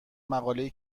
مقالهای